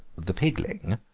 the pigling,